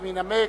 אם ינמק.